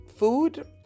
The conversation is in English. Food